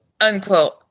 unquote